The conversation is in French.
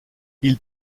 ils